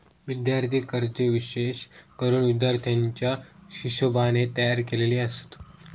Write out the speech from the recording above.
विद्यार्थी कर्जे विशेष करून विद्यार्थ्याच्या हिशोबाने तयार केलेली आसत